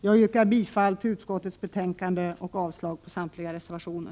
Jag yrkar bifall till utskottets hemställan och avslag på samtliga reservationer.